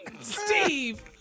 Steve